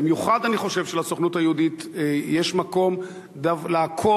במיוחד אני חושב שלסוכנות היהודית יש מקום לעקוב